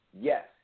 Yes